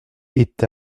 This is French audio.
est